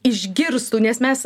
išgirstų nes mes